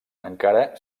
encara